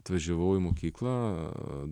atvažiavau į mokyklą